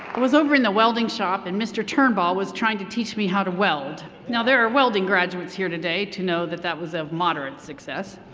but was over in the welding shop and mr. turnball was trying to teach me how to weld. now there are welding graduates here today to know that that was ah moderate success.